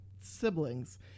siblings